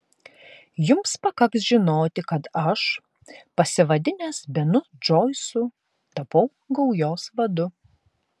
jums pakaks žinoti kad aš pasivadinęs benu džoisu tapau gaujos vadu